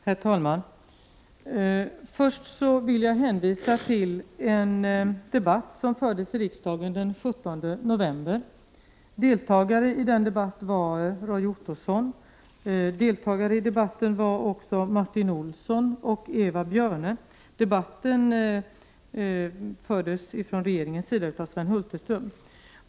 Herr talman! Först vill jag hänvisa till en debatt som fördes i riksdagen den 17 november i år. Deltagare i den debatten var Roy Ottosson. Deltagare var också Martin Olsson och Eva Björne. Debatten fördes från regeringens sida av Sven Hulterström.